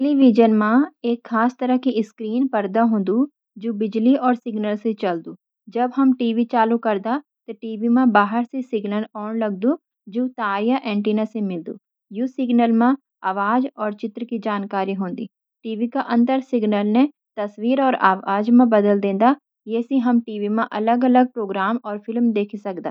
टेलीविज़न मा एक खास तरह की स्क्रीन (परदा) होन्दी, जुणि बिजली और सिग्नल से चलदी। जब हम टीवी चालू करिंदा, त टीवी मा बाहर से सिग्नल आण लगदा, जुणी तार या एंटीना से मिलदा। यी सिग्नल मा आवाज और चित्र (तस्वीर) का जानकारी होन्दी। टीवी का अंदर सिग्नल ने तस्वीर और आवाज मा बदल दिंदा। इसतर हम टीवी मा अलग-अलग प्रोग्राम और फिल्म देखी सक्दा।